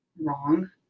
wrong